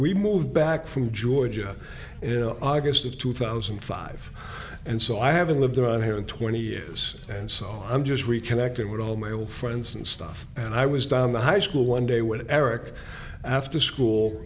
we moved back from georgia august of two thousand and five and so i haven't lived around here in twenty years and so i'm just reconnecting with all my old friends and stuff and i was down the high school one day when eric after school